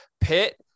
Pitt